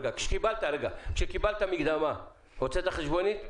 כשקיבלת מקדמה הוצאת חשבונית?